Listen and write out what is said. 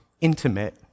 intimate